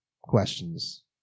questions